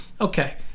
Okay